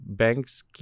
banks